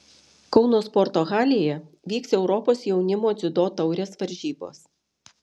kauno sporto halėje vyks europos jaunimo dziudo taurės varžybos